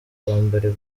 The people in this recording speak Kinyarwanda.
kwambara